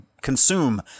consume